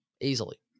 easily